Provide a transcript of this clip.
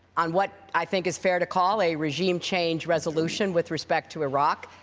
on what i think is fair to call a regime change resolution with respect to iraq,